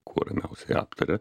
kuo ramiausiai aptaria